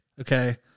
okay